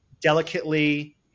delicately